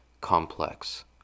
complex